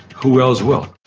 who else will?